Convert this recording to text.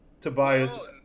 Tobias-